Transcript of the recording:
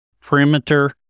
perimeter